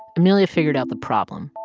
amelia figured out the problem,